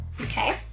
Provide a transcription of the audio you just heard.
Okay